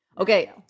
Okay